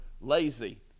lazy